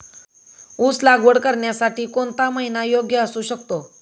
ऊस लागवड करण्यासाठी कोणता महिना योग्य असू शकतो?